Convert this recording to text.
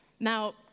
Now